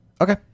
Okay